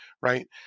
right